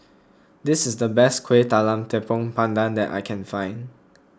this is the best Kueh Talam Tepong Pandan that I can find